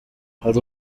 hari